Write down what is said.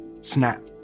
snap